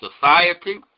society